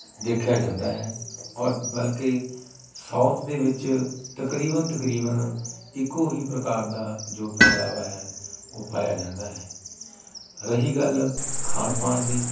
ਦੇਖਿਆ ਜਾਂਦਾ ਹੈ ਔਰ ਬਲਕਿ ਸਾਊਥ ਦੇ ਵਿੱਚ ਤਕਰੀਬਨ ਤਕਰੀਬਨ ਇੱਕੋਂ ਹੀ ਪ੍ਰਕਾਰ ਦਾ ਜੋ ਪਹਿਰਾਵਾ ਹੈ ਉਹ ਪਾਇਆ ਜਾਂਦਾ ਹੈ ਰਹੀ ਗੱਲ ਖਾਣ ਪਾਣ ਦੀ